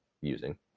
using